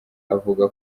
avuga